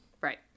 Right